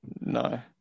No